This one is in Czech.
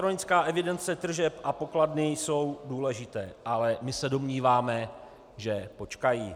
Elektronická evidence tržeb a pokladny jsou důležité, ale my se domníváme, že počkají.